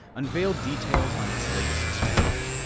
unveiled details on its latest experiment.